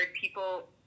people